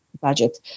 budget